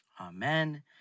Amen